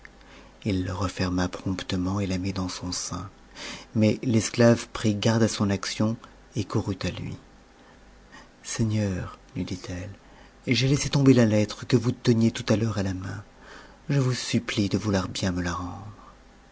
il la referma promptement et la mit dans son sein mais l'esclave prit garde à son action et courut à lui seigneur lui dit-elle j'ai laissé tomber la lettre que vous teniez tout à l'heure à la main je vous supplie de vouloir bien me la rendre